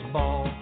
Ball